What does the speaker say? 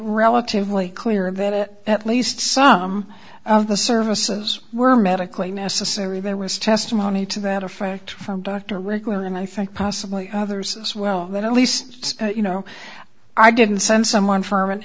relatively clear that it at least some of the services were medically necessary even was testimony to that effect from doctor regularly and i think possibly others since well then at least you know i didn't send someone from an